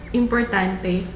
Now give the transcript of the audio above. importante